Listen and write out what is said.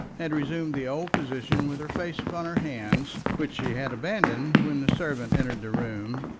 had resumed the old position with her face upon her hands, which she had abandoned when the servant entered the room,